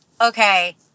okay